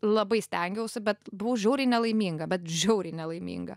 labai stengiausi bet buvau žiauriai nelaiminga bet žiauriai nelaiminga